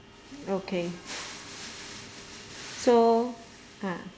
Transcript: okay so ah